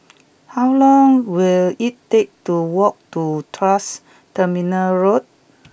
how long will it take to walk to Tuas Terminal Road